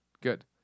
Good